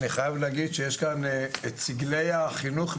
אני חייב להגיד שיש כאן את סגלי החינוך,